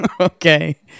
okay